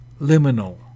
liminal